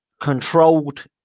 controlled